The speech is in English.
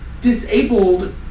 disabled